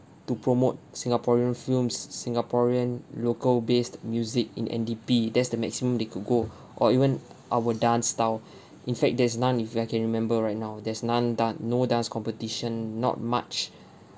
to promote singaporean films singaporean local based music in N_D_P that's the maximum they could go or even our dance style in fact there's none if I can remember right now there's none da~ no dance competition not much